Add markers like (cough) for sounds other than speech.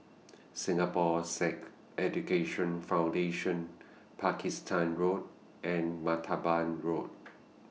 (noise) Singapore Sikh Education Foundation Pakistan Road and Martaban Road